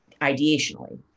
ideationally